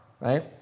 right